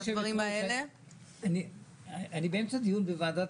חבר הכנסת